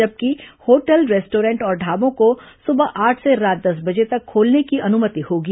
जबकि hotel restaurant और ढाबों को सुबह आठ से रात दस बजे तक खोलने की अनुमति होगी